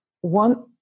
one